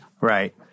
right